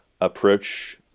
approach